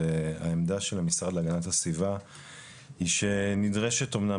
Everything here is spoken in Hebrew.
העמדה של המשרד להגנת הסביבה היא שנדרשת אומנם